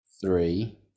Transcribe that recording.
three